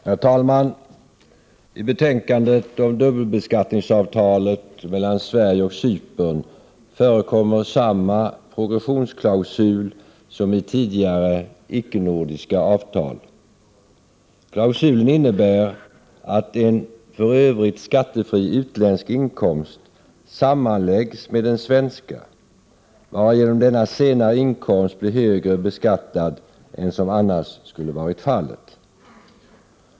Herr talman! I betänkandet om dubbelbeskattningsavtal mellan Sverige och Cypern förekommer samma progressionsklausul som i tidigare ickenordiska avtal. Klausulen innebär att en för övrigt skattefri utländsk inkomst sammanläggs med den svenska, varigenom denna senare inkomst blir högre beskattad än som annars skulle varit fallet.